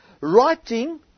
writing